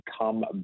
come